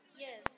Yes